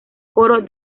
coro